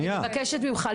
אני מבקשת ממך,